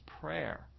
prayer